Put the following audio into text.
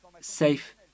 safe